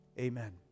Amen